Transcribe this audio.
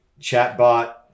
Chatbot